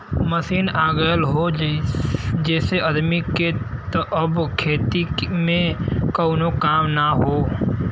machine आ गयल हौ जेसे आदमी के त अब खेती में कउनो काम ना हौ